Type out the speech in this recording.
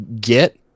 get